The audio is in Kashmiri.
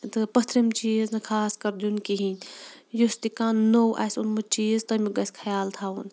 تہٕ پٔتھرِم چیٖز نہٕ خاص کَر دیُن کِہیٖنۍ یُس تہِ کانٛہہ نوٚو آسہِ اوٚنمُت چیٖز تَمیُک گژھِ خیال تھَوُن